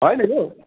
होइन के